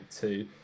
two